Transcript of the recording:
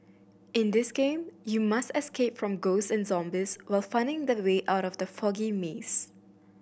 in this game you must escape from ghost and zombies while finding the way out of the foggy maze